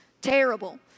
terrible